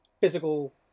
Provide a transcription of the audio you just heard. physical